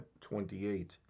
28